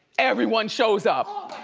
everyone shows up.